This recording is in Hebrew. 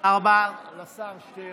רבה לשר שטרן.